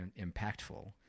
impactful